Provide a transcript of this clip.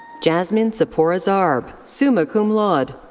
jasmine siporah zarb, summa cum laude.